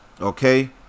Okay